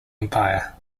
empire